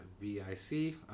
V-I-C